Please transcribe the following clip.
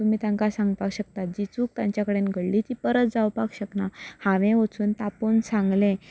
तुमी तांकां सांगपा शकता जी चूक तांचे कडेन घडली ती परत जावपाक शकना हांवें वचून तापोन सांगलें आनी